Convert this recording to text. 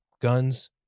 Guns